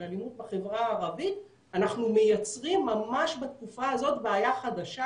של אלימות בחברה הערבית אנחנו מייצרים ממש בתקופה הזאת בעיה חדשה